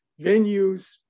venues